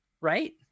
Right